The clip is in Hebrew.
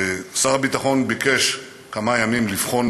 שר הביטחון ביקש כמה ימים לבחון